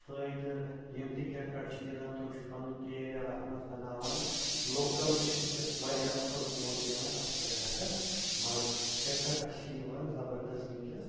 فٲیدٕ یِم تہِ کِرکَٹ چھِ گِںٛدان تِم چھِ پَںُن کیریَر اَتھ منٛز بَناوان لوکَل تہِ چھِ وٕنۍکٮ۪س واریاہ اَصٕل پونٛسہٕ زینان اَتھ کِرکَٹَس منٛز کِرکَٹَس چھِ یِوان زبردَس وٕنۍکٮ۪س